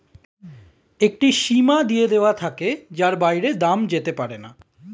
একটি সীমা দিয়ে দেওয়া থাকে যার বাইরে দাম যেতে পারেনা